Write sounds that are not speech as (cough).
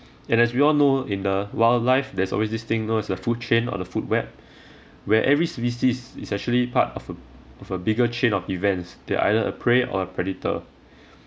and as we all know in the wildlife there's always this thing known as a food chain or the food web (breath) where every species is actually part of a of a bigger chain of events that either a prey or predator